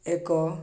ଏକ